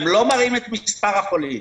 הם לא מראים את מספר החולים.